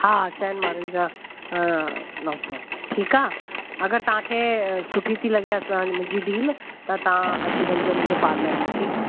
हा चइनि माण्हुनि जा नौ सौ ठीकु आहे अगरि तव्हांखे सुठी थी लॻे मुंहिंजी डील त तव्हां अची वञिजो मुंहिंजे पार्लर में ठीकु